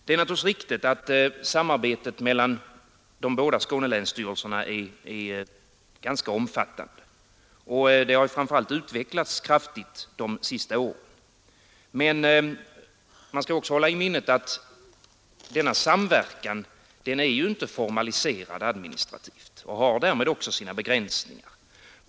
Det är naturligtvis riktigt att samarbetet mellan de båda länsstyrelserna i Skåne är ganska omfattande. Det har framför allt utvecklats kraftigt de senaste åren. Men man skall också hålla i minnet att denna samverkan inte är administrativt formaliserad och att den därmed också har sina begränsningar.